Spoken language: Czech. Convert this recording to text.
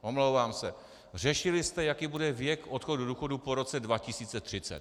Omlouvám se, řešili jste, jaký bude věk odchodu do důchodu po roce 2030.